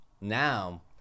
now